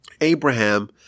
Abraham